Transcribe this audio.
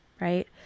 right